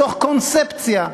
בתוך קונספציה: